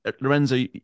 Lorenzo